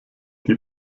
die